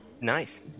nice